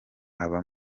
aba